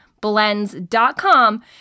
blends.com